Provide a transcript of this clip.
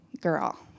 girl